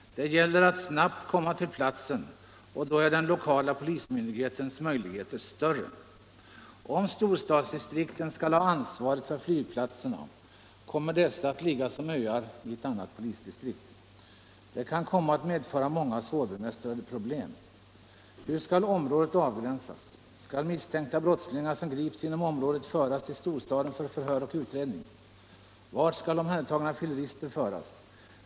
Det gäller att snabbt komma till platsen, och då är den lokala polismyndighetens möjligheter större. Om storstadsdistrikten skall ha ansvaret för flygplatserna kommer dessa att ligga som öar i ett annat polisdistrikt. Detta kan komma att medföra många svårbemästrade problem. Hur skall området avgränsas? Skall misstänkta brottslingar som grips inom området föras till storstaden för förhör och utredning? Vart skall omhändertagna fyllerister föras?